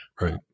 Right